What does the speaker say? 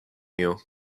you